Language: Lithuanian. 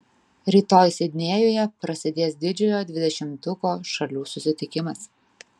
rytoj sidnėjuje prasidės didžiojo dvidešimtuko šalių susitikimas